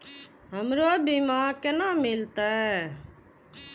हमरो बीमा केना मिलते?